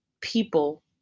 people